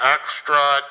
extra